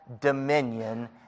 dominion